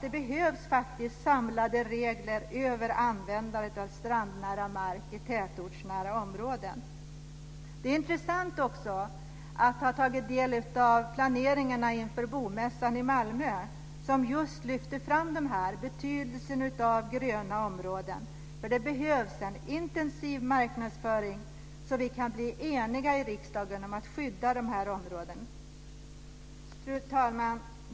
Det behövs samlade regler för användandet av strandnära mark i tätortsnära områden. Det är intressant att ha tagit del av planeringen inför Bomässan i Malmö, som just lyfter fram betydelsen av gröna områden. Det behövs en intensiv marknadsföring, så vi kan bli eniga i riksdagen om att skydda dessa områden Fru talman!